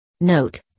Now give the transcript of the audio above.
Note